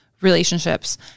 relationships